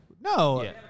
No